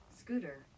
Scooter